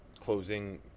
closing